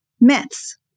myths